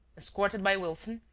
escorted by wilson,